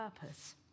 purpose